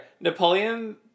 Napoleon